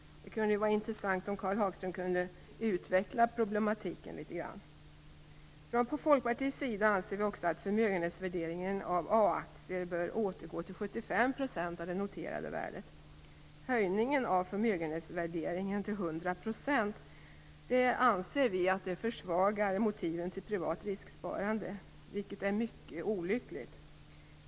Det vore intressant om Karl Hagström kunde utveckla problematiken litet grand. Vi från Folkpartiet anser också att förmögenhetsvärderingen av A-aktier bör återgå till 75 % av det noterade värdet. Vi anser att höjningen av förmögenhetsvärderingen till 100 % försvagar motiven till privat risksparande, vilket är mycket olyckligt.